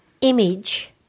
image